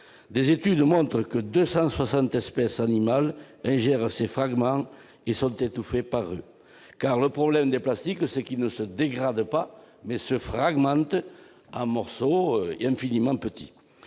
Des études montrent que deux cent soixante espèces animales ingèrent ces fragments et sont étouffées par eux. De fait, le problème des plastiques, c'est qu'ils ne se dégradent pas, mais se fragmentent en morceaux infiniment petits.